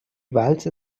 walze